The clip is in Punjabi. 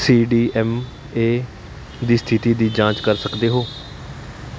ਸੀ ਡੀ ਐੱਮ ਏ ਦੀ ਸਥਿਤੀ ਦੀ ਜਾਂਚ ਕਰ ਸਕਦੇ ਹੋ